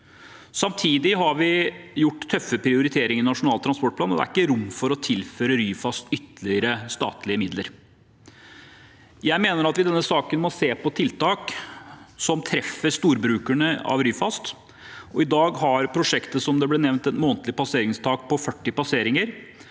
Samtidig har vi gjort tøffe prioriteringer i Nasjonal transportplan, og det er ikke rom for å tilføre Ryfast ytterligere statlige midler. Jeg mener at vi i denne saken må se på tiltak som treffer storbrukerne av Ryfast. I dag har prosjektet som nevnt et månedlig passeringstak på 40 passeringer.